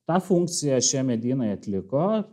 tą funkciją šie medynai atliko